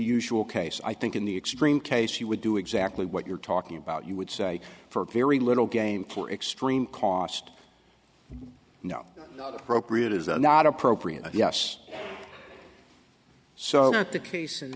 usual case i think in the extreme case you would do exactly what you're talking about you would say for a very little game for extreme cost no appropriate is not appropriate yes so the case in